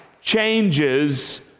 changes